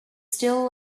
still